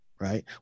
right